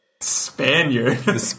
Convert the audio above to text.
Spaniard